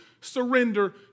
surrender